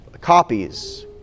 copies